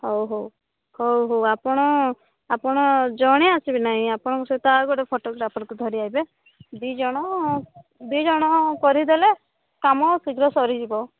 ହଉ ହଉ ହଉ ହଉ ଆପଣ ଆପଣ ଜଣେ ଆସିବେ ନାଇଁ ଆପଣଙ୍କ ସହିତ ଆଉ ଗୋଟେ ଫଟୋଗ୍ରାଫର୍କୁ ଧରି ଆସିବେ ଦୁଇଜଣ ଦୁଇଜଣ କରିଦେଲେ କାମ ଶୀଘ୍ର ସରିଯିବ